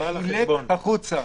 בעל החשבון, החוצה.